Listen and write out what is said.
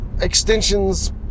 extensions